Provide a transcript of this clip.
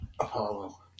Apollo